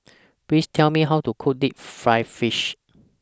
Please Tell Me How to Cook Deep Fried Fish